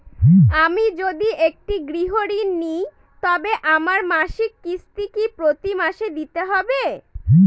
আমি যদি একটি গৃহঋণ নিই তবে আমার মাসিক কিস্তি কি প্রতি মাসে দিতে হবে?